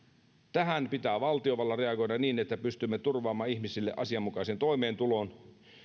tähän pitää valtiovallan reagoida niin että pystymme turvaamaan ihmisille asianmukaisen toimeentulon